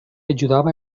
ajudava